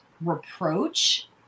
reproach